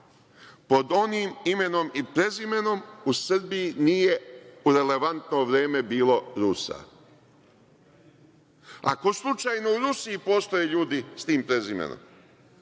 pod onim imenom i prezimenom. U Srbiji u relevantno vreme nije bilo Rusa. Ako slučajno u Rusiji postoje ljudi sa tim prezimenom,